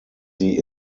sie